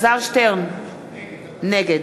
נגד